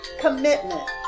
commitment